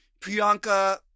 Priyanka